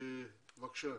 בבקשה.